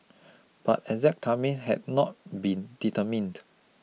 but exact timing had not been determined